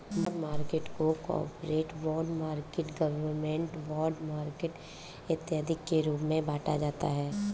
bond market को corporate bond market government bond market इत्यादि के रूप में बांटा जाता है